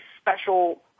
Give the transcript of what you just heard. special